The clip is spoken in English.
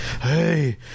Hey